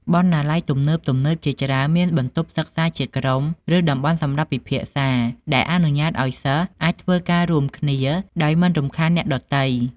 បណ្ណាល័យទំនើបៗជាច្រើនមានបន្ទប់សិក្សាជាក្រុម ឬតំបន់សម្រាប់ពិភាក្សា ដែលអនុញ្ញាតឲ្យសិស្សអាចធ្វើការរួមគ្នាដោយមិនរំខានអ្នកដទៃ។